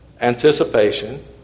Anticipation